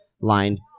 lined